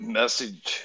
message